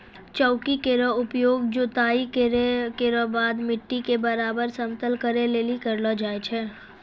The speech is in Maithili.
चौकी केरो उपयोग जोताई केरो बाद मिट्टी क बराबर समतल करै लेलि करलो जाय छै